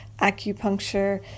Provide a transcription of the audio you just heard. acupuncture